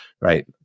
right